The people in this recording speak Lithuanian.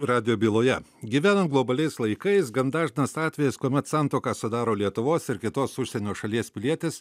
radijo byloje gyvenam globaliais laikais gan dažnas atvejis kuomet santuoką sudaro lietuvos ir kitos užsienio šalies pilietis